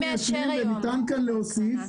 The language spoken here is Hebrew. דרך אגב,